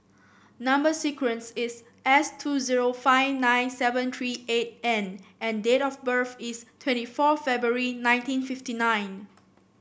number sequence is S two zero five nine seven three eight N and date of birth is twenty four February nineteen fifty nine